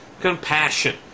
compassion